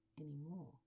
anymore